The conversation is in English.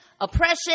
oppression